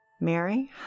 Mary